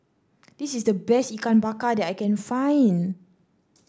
this is the best Ikan Bakar that I can find